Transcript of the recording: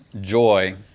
joy